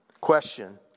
Question